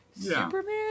superman